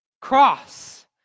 cross